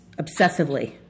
obsessively